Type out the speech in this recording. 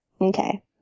Okay